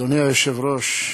אדוני היושב-ראש,